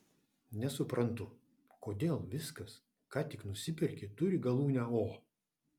nesuprantu kodėl viskas ką tik nusiperki turi galūnę o